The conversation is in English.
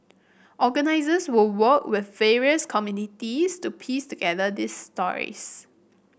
organisers will work with various communities to piece together these stories